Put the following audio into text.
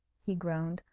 he groaned,